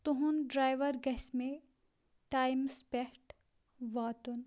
تُہُنٛد ڈرایوَر گَژھِ مےٚ ٹایمَس پیٹھ واتُن